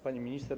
Pani Minister!